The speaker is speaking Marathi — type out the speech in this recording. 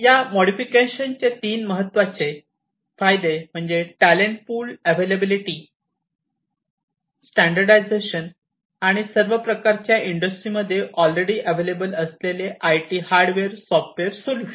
या मॉडिफिकेशन चे तीन महत्त्वाचे फायदे म्हणजे टॅलेंट पूल अवेलेबिलिटी स्टँडर्डायझेशन आणि सर्व प्रकारच्या इंडस्ट्रीमध्ये ऑल रेडी अवेलेबल असलेले आय टी हार्डवेअर आणि सॉफ्टवेअर सोल्युशन